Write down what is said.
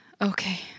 Okay